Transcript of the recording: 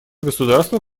государства